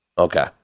Okay